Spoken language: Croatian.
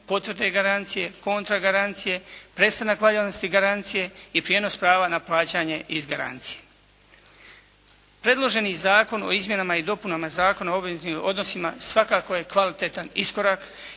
potvrde garancije, kontra garancije, prestanak valjanosti garancije i prijenos prava na plaćanje iz garancije. Predloženi Zakon o izmjenama i dopunama Zakona o obveznim odnosima svakako je kvalitetan iskorak